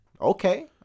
okay